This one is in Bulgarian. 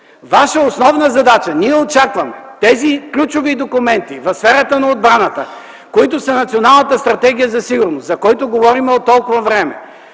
Ваша основна задача. Ние очакваме за тези ключови документи в сферата на отбраната, които са в Националната стратегия за сигурност, за която говорим от толкова време,